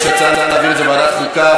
יש הצעה להעביר את זה לוועדת החוקה,